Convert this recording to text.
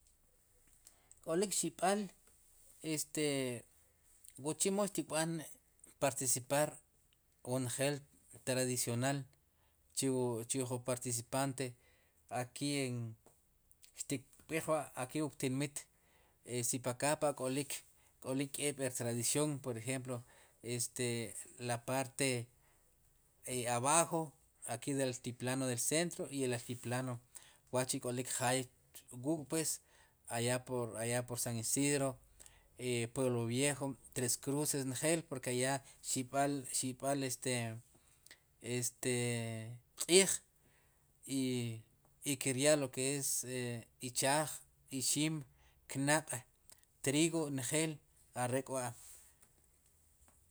K'olik xib'al este wu chumo xtikb'an participar o njel tradicional chiw chiwu jun participante aki en tinb'ij wa aki ptinmit sipakapa k'olik, k'olik k'eeb' rtradición por ejemplo este la parte abajo aqui del altiplano del centro y el atiplano wa'chi' k'olik jaay wuuk'pwes aya por aya por san isidro, pueblo viejo. Tres cruces njel porque allá xib'al xib'al este este q'iij i i kiryaa lo ke es ichaaj ixim, knaq' trigo njel are'k'wa'.